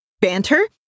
banter